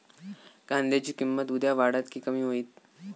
कांद्याची किंमत उद्या वाढात की कमी होईत?